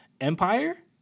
Empire